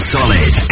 Solid